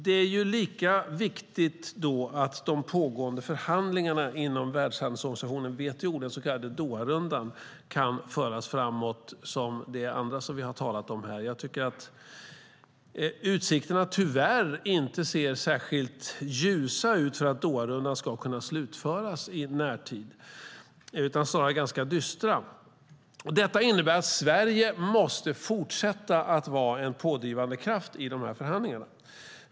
Det är lika viktigt att de pågående förhandlingarna inom världshandelsorganisationen WTO, den så kallade Doharundan, kan föras framåt, som de andra förhandlingarna vi har talat om här. Utsikterna ser tyvärr inte särskilt ljusa ut för att Doharundan ska kunna slutföras i närtid utan är snarare ganska dystra. Detta innebär att Sverige måste fortsätta att vara en pådrivande kraft i förhandlingarna.